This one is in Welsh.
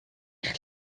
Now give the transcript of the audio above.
eich